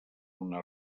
una